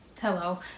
hello